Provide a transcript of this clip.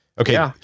Okay